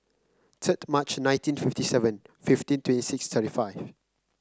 third March nineteen fifty seven fifteen twenty six thirty five